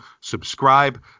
subscribe